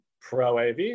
Pro-AV